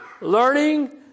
Learning